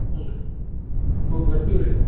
ಹ್ಞೂ ರೀ ಹ್ಞೂ ಬರ್ತಿವಿ ರೀ